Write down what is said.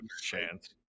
chance